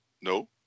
no